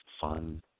fun